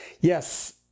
Yes